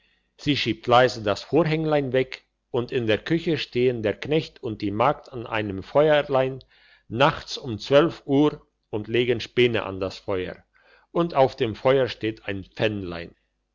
sie schiebt leise das vorhänglein weg und in der küche stehen der knecht und die magd an einem feuerlein nachts um zwölf uhr und legen späne an das feuer und auf dem feuer steht ein